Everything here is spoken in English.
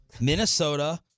Minnesota